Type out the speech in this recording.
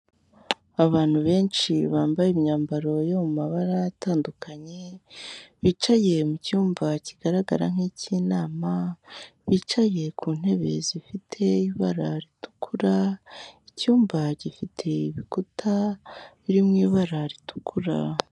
Abantu benshi bambaye imyambaro yo mu mabara atandukanye, bicaye mu cyumba kigaragara nki k'inama, bicaye ku ntebe zifite ibara ritukura, icyumba gifite ibikuta biri mu ibara ritukura.